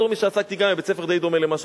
בתור מי שעסק בבית-ספר די דומה לזה שעסקת,